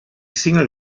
single